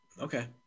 Okay